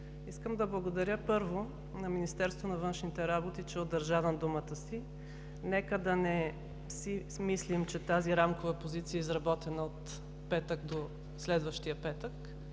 Искам да благодаря, първо, на Министерството на външните работи, че удържа на думата си. Нека да не си мислим, че тази рамкова позиция е изработена от петък до следващия петък.